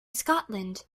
scotland